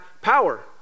power